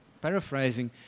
paraphrasing